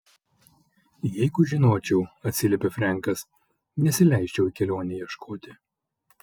jeigu žinočiau atsiliepė frenkas nesileisčiau į kelionę ieškoti